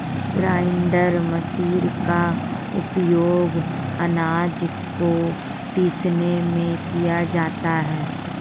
grinder machine का उपयोग आनाज को पीसने में किया जाता है